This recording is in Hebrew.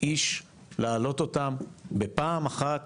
איש להעלות אותם בפעם אחת,